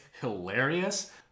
hilarious